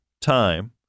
time